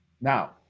Now